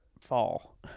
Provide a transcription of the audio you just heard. fall